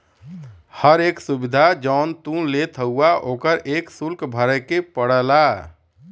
हर एक सुविधा जौन तू लेत हउवा ओकर एक सुल्क भरे के पड़ला